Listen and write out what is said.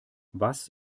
was